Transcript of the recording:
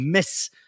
miss